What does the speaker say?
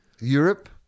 Europe